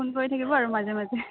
phone কৰি থাকিব আৰু মাজে মাজে